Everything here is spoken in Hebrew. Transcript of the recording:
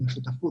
זה בשותפות,